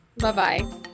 Bye-bye